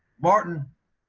martin.